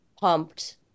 pumped